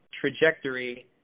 trajectory